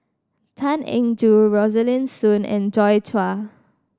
Tan Eng Joo Rosaline Soon and Joi Chua